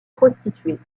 prostituée